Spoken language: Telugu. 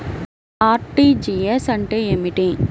అర్.టీ.జీ.ఎస్ అంటే ఏమిటి?